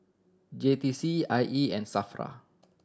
J T C I E and SAFRA